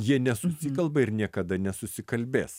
jie nesusikalba ir niekada nesusikalbės